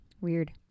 weird